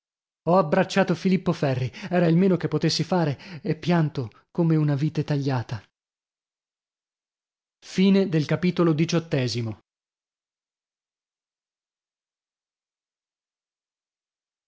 ho abbracciato filippo ferri era il meno che potessi fare e pianto come una vite tagliata e